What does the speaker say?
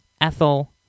Ethel